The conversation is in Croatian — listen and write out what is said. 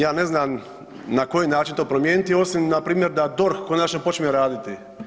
Ja ne znam na koji način to promijeniti osim npr. da DORH končano počne raditi.